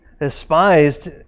despised